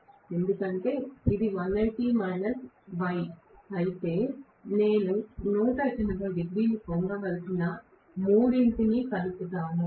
ఎందుకంటే ఇది 180 γ అయితే నేను 180 డిగ్రీలు పొందవలసిన మూడింటిని కలుపుతాను